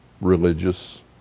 religious